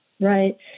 right